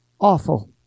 awful